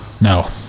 No